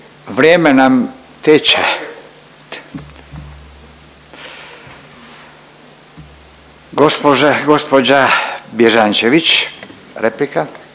Vrijeme nam teče. Gđa. Bježančević replika.